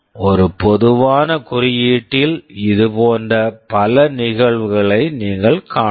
ஒரு பொதுவான குறியீட்டில் இதுபோன்ற பல நிகழ்வுகளை நீங்கள் காணலாம்